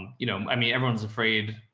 you know, i mean, everyone's afraid,